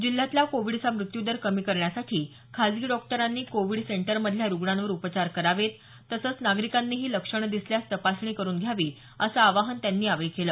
जिल्ह्यातला कोविडचा मृत्यूदर कमी करण्यासाठी खासगी डॉक्टरांनी कोविड सेंटरमधल्या रुग्णांवर उपचार करावे तसंच नागरिकांनीही लक्षणं दिसल्यास तपासणी करुन घ्यावी असं आवाहन त्यांनी यावेळी केलं